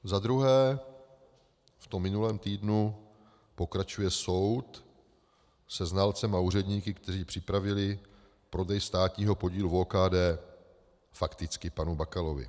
Za druhé, v minulém týdnu pokračuje soud se znalcem a úředníky, kteří připravili prodej státního podílu v OKD fakticky panu Bakalovi.